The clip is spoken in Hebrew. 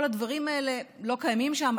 כל הדברים האלה לא קיימים שם.